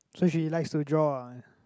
so she likes to draw ah